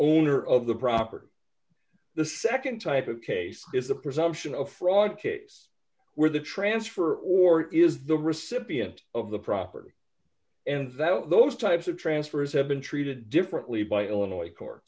owner of the property the nd type of case is the presumption of fraud case where the transfer or is the recipient of the property and that those types of transfers have been treated differently by illinois c